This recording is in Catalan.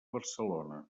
barcelona